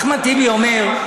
אחמד טיבי אומר: